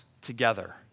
together